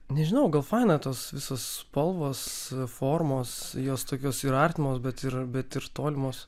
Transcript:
nežinau gal faina tos visos spalvos formos jos tokios ir artimos bet ir bet ir tolimos